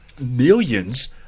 millions